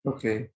Okay